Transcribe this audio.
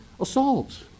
assaults